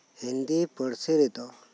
ᱦᱤᱱᱫᱤ ᱯᱟᱹᱨᱥᱤ ᱨᱮᱫᱚ